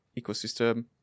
ecosystem